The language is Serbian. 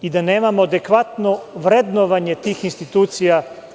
I, da nemamo adekvatno vrednovanje tih institucija.